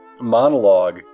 monologue